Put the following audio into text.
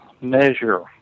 measure